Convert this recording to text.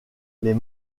les